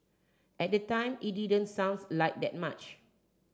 at the time it didn't sounds like that much